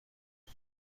بشین